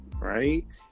right